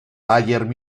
bayern